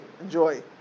enjoy